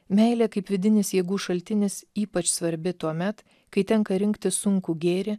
meilė kaip vidinis jėgų šaltinis ypač svarbi tuomet kai tenka rinktis sunkų gėrį